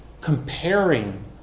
comparing